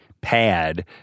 pad